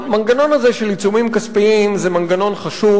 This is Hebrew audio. המנגנון הזה של עיצומים כספיים זה מנגנון חשוב,